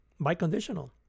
biconditional